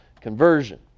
conversion